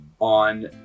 on